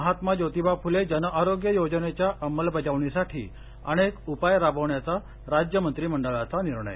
महात्मा जोतीबा फुले जन आरोग्य योजनेच्या अंमलबजावणीसाठी अनेक उपाय राबवण्याचा राज्य मंत्रीमंडळाचा निर्णय